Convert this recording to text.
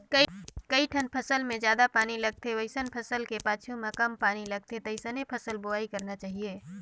कइठन फसल मे जादा पानी लगथे वइसन फसल के पाछू में कम पानी लगथे तइसने फसल बोवाई करना चाहीये